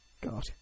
God